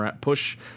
push